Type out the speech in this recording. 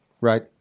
right